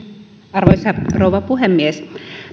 arvoisa rouva puhemies